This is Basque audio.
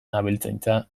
abeltzaintza